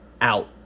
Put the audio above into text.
Out